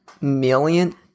million